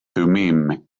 thummim